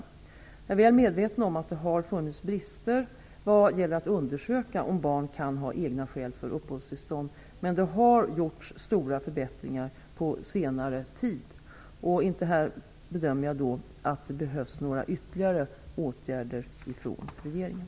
Jag är väl medveten om att det har funnits brister vad gäller att undersöka om barn kan ha egna skäl för uppehållstillstånd, men det har gjorts stora förbättringar under senare tid. Inte heller här bedömer jag att det behövs några ytterligare åtgärder av regeringen.